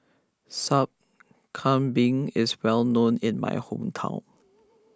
Sup Kambing is well known in my hometown